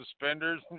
suspenders